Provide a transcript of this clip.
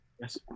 yes